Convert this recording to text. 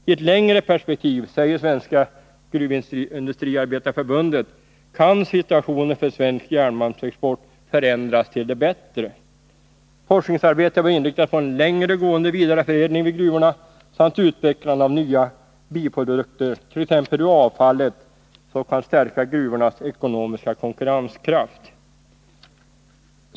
I ett längre perspektiv, säger Svenska gruvindustriarbetareförbundet, kan situationen för svensk järnmalmsexport förändras till det bättre. Forskningsarbetet bör inriktas på en längre gående vidareförädling vid gruvorna samt utvecklandet av nya biprodukter, t.ex. ur avfallet, som kan stärka gruvornas ekonomiska konkurrenskraft.